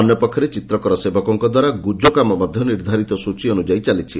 ଅନ୍ୟ ପକ୍ଷରେ ଚିତ୍ରକର ସେବକଙ୍କ ଦ୍ୱାରା ଗୁଜ କାମ ମଧ ନିର୍ବ୍ବାରିତ ସ୍ରଚୀ ଅନୁଯାୟୀ ଚାଲିଛି